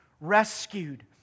rescued